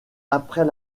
après